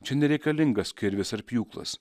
čia nereikalingas kirvis ar pjūklas